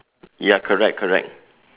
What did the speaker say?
ya correct correct